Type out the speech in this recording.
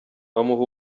bamuha